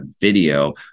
video